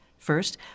First